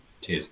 Cheers